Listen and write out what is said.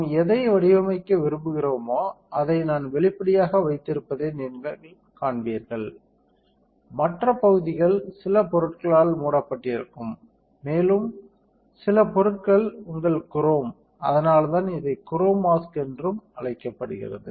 நாம் எதை வடிவமைக்க விரும்புகிறோமோ அதை நான் வெளிப்படையாக வைத்திருப்பதை நீங்கள் காண்பீர்கள் மற்ற பகுதிகள் சில பொருட்களால் மூடப்பட்டிருக்கும் மேலும் சில பொருட்கள் உங்கள் குரோம் அதனால்தான் இதை க்ரோம் மாஸ்க் என்றும் அழைக்கப்படுகிறது